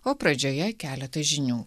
o pradžioje keletas žinių